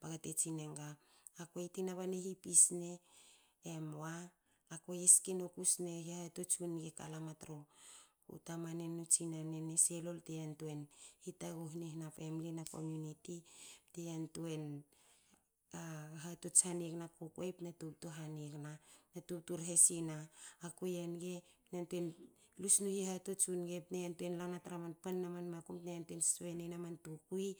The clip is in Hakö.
baga te tsine nga akuei tin bare hipisne emoa. a kuei ske nokus sne hihatots u nge ka lama tru tamanen nu tsinanen ne se lol te yantuei taguhne i hna famli na komuniti. bte yantuei hatots hanigna kukuei tna tubtu hanigna. btna tubtu rhe sina a kuei a nge lusnu hihatots u nge btna yantuei lana tra man panna man makum tna yantuei